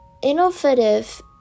Innovative